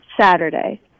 Saturday